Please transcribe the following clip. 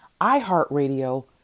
iHeartRadio